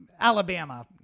Alabama